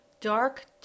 dark